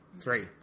Three